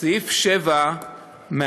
סעיף 7 מאפשר